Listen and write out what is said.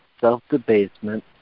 self-debasement